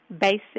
basic